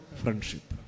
friendship।